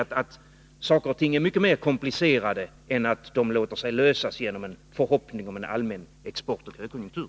Saker och ting är mycket mer komplicerade än att de låter sig lösas genom en förhoppning om en allmän, exportledd högkonjunktur.